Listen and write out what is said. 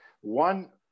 one